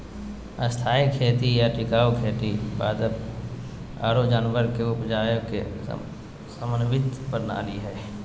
स्थायी खेती या टिकाऊ खेती पादप आरो जानवर के उपजावे के समन्वित प्रणाली हय